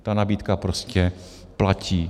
Ta nabídka prostě platí.